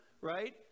right